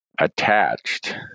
Attached